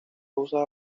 rusas